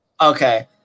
okay